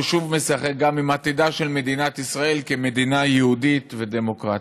הוא שוב משחק גם עם עתידה של מדינת ישראל כמדינה יהודית ודמוקרטית.